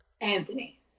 Anthony